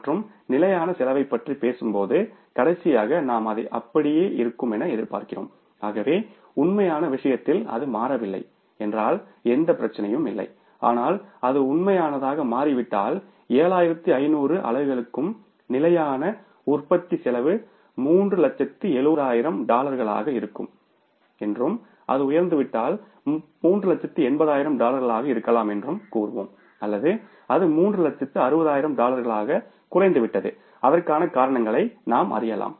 மற்றும் நிலையான செலவைப் பற்றி பேசும்போது கடைசியாக நாம் அது அப்படியே இருக்கும் என எதிர்பார்க்கிறோம் ஆகவே உண்மையான விஷயத்தில் அது மாறவில்லை என்றால் எந்த பிரச்சனையும் இல்லை ஆனால் அது உண்மையானதாக மாறிவிட்டால் 7500 அலகுகளுக்கும் நிலையான உற்பத்தி செலவு 370000 டாலர்களாக இருக்கும் என்றும் அது உயர்ந்துவிட்டால் 380000 டாலர் ஆக இருக்கலாம் என்றும் கூறுவோம் அல்லது அது 360000 டாலராக குறைந்துவிட்டது அதற்கான காரணங்களை நாம் அறியலாம்